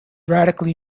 radically